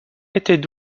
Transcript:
étaient